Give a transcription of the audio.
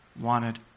wanted